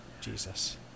Jesus